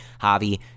Javi